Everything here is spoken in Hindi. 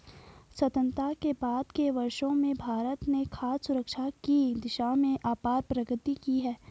स्वतंत्रता के बाद के वर्षों में भारत ने खाद्य सुरक्षा की दिशा में अपार प्रगति की है